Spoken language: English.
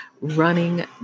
running